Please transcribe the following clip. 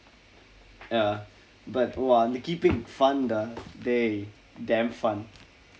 ya but !wah! அந்த:andtha keeping fun dah dey damn fun